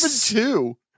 two